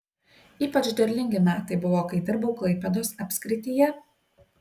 ypač derlingi metai buvo kai dirbau klaipėdos apskrityje